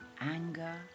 anger